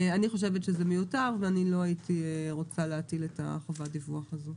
אני חושבת שזה מיותר ואני לא הייתי רוצה להטיל את חובת הדיווח הזו.